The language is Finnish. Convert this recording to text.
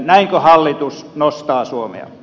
näinkö hallitus nostaa suomea